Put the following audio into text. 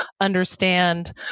understand